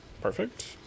Perfect